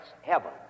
heaven